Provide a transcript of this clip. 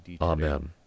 Amen